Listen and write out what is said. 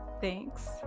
Thanks